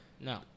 No